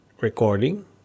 recording